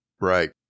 right